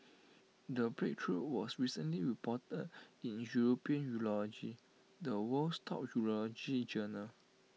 the breakthrough was recently reported in european urology the world's top urology journal